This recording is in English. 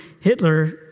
Hitler